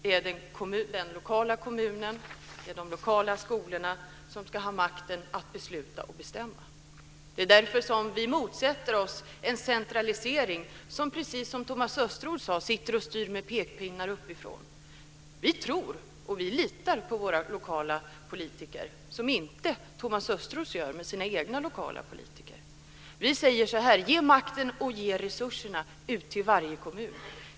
Det är den lokala kommunen och de lokala skolorna som ska ha makten att besluta och bestämma. Det är därför vi motsätter oss en centralisering där någon, precis som Thomas Östros sade, sitter och styr med pekpinnar uppifrån. Vi tror på och litar på våra lokala politiker, vilket inte Thomas Östros gör med sina egna lokala politiker. Vi säger: Ge makten och ge resurserna till varje kommun!